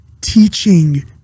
teaching